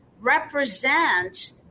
represent